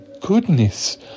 goodness